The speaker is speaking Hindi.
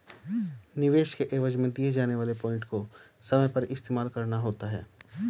निवेश के एवज में दिए जाने वाले पॉइंट को समय पर इस्तेमाल करना होता है